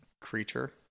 creature